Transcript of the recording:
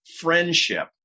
friendship